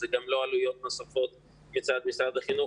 זה גם לא עלויות נוספות משרד החינוך,